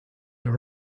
are